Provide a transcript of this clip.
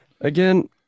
Again